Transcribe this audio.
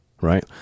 Right